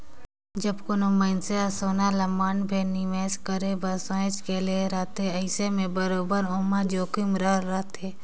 जब कोनो मइनसे हर सोना ल मन भेर निवेस करे बर सोंएच के लेहे रहथे अइसे में बरोबेर ओम्हां जोखिम रहले रहथे